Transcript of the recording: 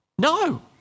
no